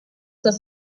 dass